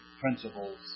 principles